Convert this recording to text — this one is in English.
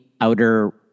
outer